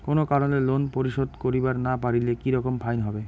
কোনো কারণে লোন পরিশোধ করিবার না পারিলে কি রকম ফাইন হবে?